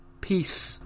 Peace